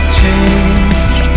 change